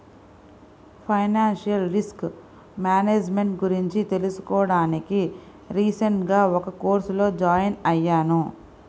financial risk management గురించి తెలుసుకోడానికి recent గా ఒక కోర్సులో జాయిన్ అయ్యాను